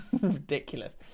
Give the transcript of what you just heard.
Ridiculous